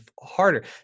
harder